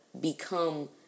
become